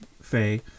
Faye